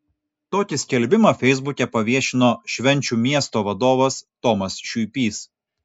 tokį skelbimą feisbuke paviešino švenčių miesto vadovas tomas šiuipys